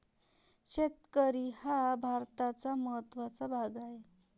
शेतकरी हा भारताचा महत्त्वाचा भाग आहे